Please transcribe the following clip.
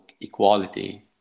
equality